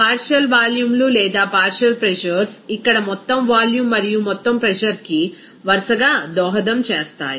partial వాల్యూమ్లు లేదా partial pressures ఇక్కడ మొత్తం వాల్యూమ్ మరియు మొత్తం ప్రెజర్ కి వరుసగా దోహదం చేస్తాయి